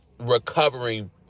recovering